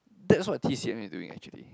that's what t_c_m is doing actually